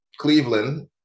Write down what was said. Cleveland